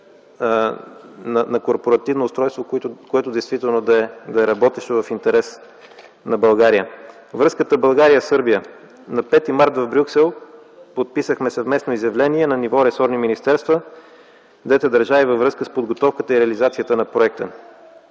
на корпоративно устройство, което да е работещо в интерес на България. Връзката България-Сърбия. На 5 март в Брюксел подписахме съвместно изявление на ниво ресорни министерства на двете държави във връзка с подготовката и реализацията на проекта.